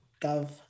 Gov